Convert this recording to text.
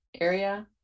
area